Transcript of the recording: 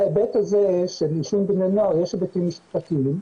להיבט הזה של עישון בני נוער יש היבטים משפטיים.